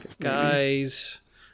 Guys